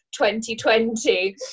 2020